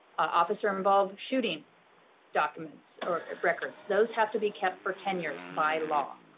officer involved shooting documents or records, those have to be kept for ten years by law,